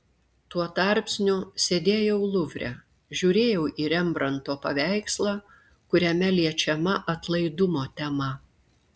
tuo tarpsniu sėdėjau luvre žiūrėjau į rembrandto paveikslą kuriame liečiama atlaidumo tema